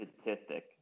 statistic